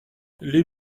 les